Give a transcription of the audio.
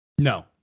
No